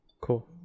Cool